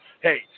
hey